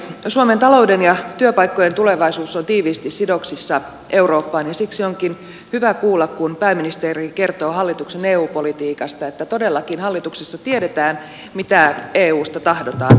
suomen talouden ja työpaikkojen tulevaisuus on tiiviisti sidoksissa eurooppaan ja siksi onkin hyvä kuulla kun pääministeri kertoo hallituksen eu politiikasta että todellakin hallituksessa tiedetään mitä eusta tahdotaan